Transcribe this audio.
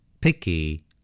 Picky